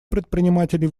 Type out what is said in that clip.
предпринимателей